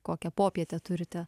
kokią popietę turite